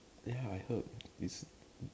ya I heard it's